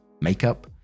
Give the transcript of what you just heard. Makeup